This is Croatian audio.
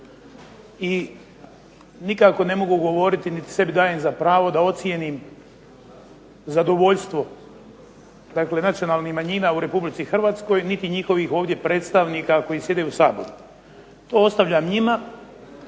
i nikako ne mogu govoriti niti sebi dajem za pravo da ocijenim zadovoljstvo nacionalnih manjina u RH niti njihovih ovdje predstavnika koji sjede u Saboru. To ostavljam njima,